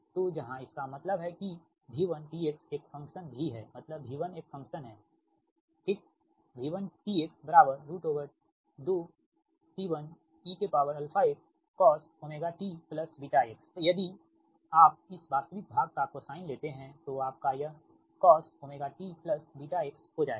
तोजहां इसका मतलब है कि V1t x एक फ़ंक्शन V है मतलब V1 एक फंक्शन है V1t x 2 C1 eαx cos ωtβx और यदि आप इस वास्तविक भाग का कोसाइन लेते हैं तो आपका यहcos ωtβxहो जाएगा